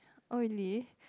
oh really